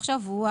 בלשכה.